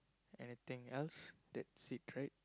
anything else that secret